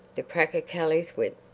the crack of kelly's whip.